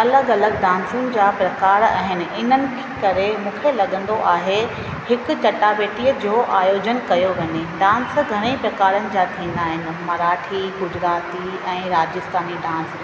अलॻि अलॻि डांसुनि जा प्रकार आहिनि हिननि करे मूंखे लॻंदो आहे हिकु चटाभेटीअ जो आयोजन कयो वञे डांस घणे प्रकारनि जा थींदा आहिनि मराठी गुजराती ऐं राजस्थानी डांस